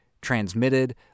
transmitted